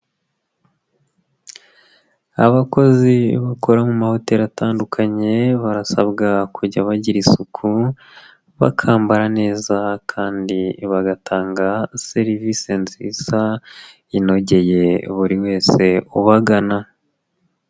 Abakozi bakora mu mahoteli atandukanye barasabwa kujya bagira isuku, bakambara neza kandi bagatanga serivisi nziza inogeye buri wese ubagana.